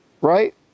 Right